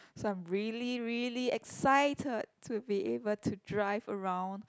so I'm really really excited to be able to drive around